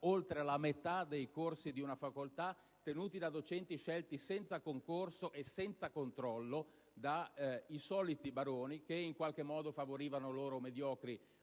oltre la metà dei corsi di una facoltà erano tenuti da docenti scelti, senza concorso e senza controllo, dai soliti baroni, che in qualche modo favorivano i loro mediocri